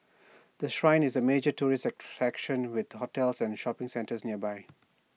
the Shrine is A major tourist attraction with hotels and shopping centres nearby